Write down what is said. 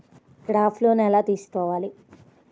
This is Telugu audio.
క్రాప్ లోన్ ఎలా తీసుకోవాలి?